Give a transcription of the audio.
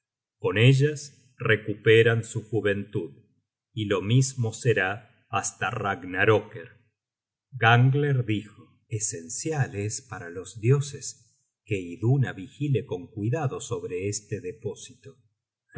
con ellas recuperan su juventud y lo mismo será hasta ragnarcecker gangler dijo esencial es para los dioses que iduna vigile con cuidado sobre este depósito